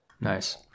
Nice